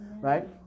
Right